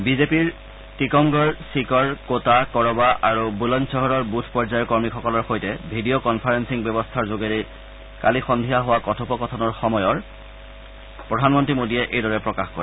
বিজেপিৰ টিকমগঢ় ছিকৰ কোটা ক'ৰবা আৰু বুলণ্চহৰৰ বুথ পৰ্যায়ৰ কৰ্মীসকলৰ সৈতে ভিডিঅ' কনফাৰেলিং ব্যৱস্থাৰ যোগেদি কালি সদ্ধিয়া হোৱা কথোপকথনৰ সময়ৰ প্ৰধানমন্ত্ৰী মোডীয়ে এইদৰে প্ৰকাশ কৰে